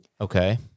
Okay